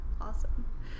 Awesome